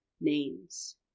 names